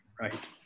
right